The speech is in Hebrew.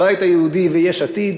הבית היהודי ויש עתיד,